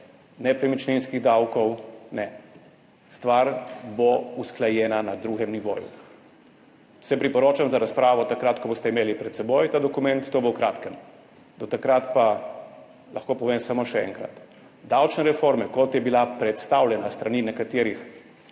nepremičninskih davkov. Ne, stvar bo usklajena na drugem nivoju. Se priporočam za razpravo takrat, ko boste imeli pred seboj ta dokument, to bo v kratkem. Do takrat pa lahko povem samo še enkrat: davčne reforme, kot je bila predstavljena s strani nekaterih